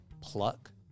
pluck